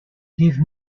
give